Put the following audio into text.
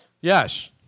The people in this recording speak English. Yes